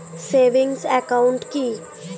Savings account কি?